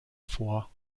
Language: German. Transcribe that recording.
vor